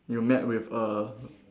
you met with a